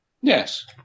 Yes